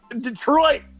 Detroit